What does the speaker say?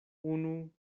unu